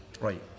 Right